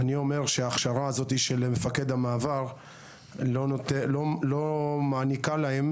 אני אומר שההכשרה הזו של מפקד המעבר לא מעניקה להם